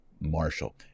Marshall